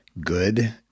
good